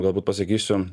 galbūt pasakysiu